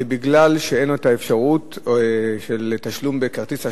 בגלל שאין לו האפשרות לתשלום בכרטיס אשראי.